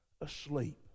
asleep